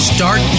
Start